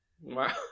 Wow